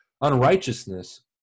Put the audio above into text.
unrighteousness